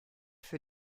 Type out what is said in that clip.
für